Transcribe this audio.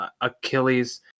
Achilles